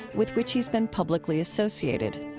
with which he's been publicly associated.